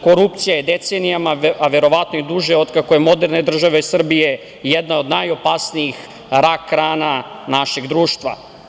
Korupcija je decenijama, a verovatno i duže od kako je moderne države Srbije, jedna od najopasnijih rak rana našeg društva.